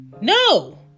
No